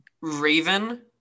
raven